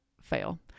fail